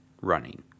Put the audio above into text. running